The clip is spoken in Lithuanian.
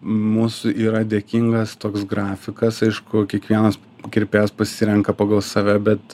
mūsų yra dėkingas toks grafikas aišku kiekvienas kirpėjas pasirenka pagal save bet